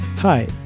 Hi